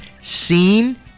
seen